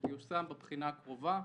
שתיושם בבחינה הקרובה.